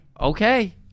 Okay